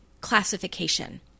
classification